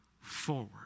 forward